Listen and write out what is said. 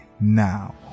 now